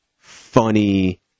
funny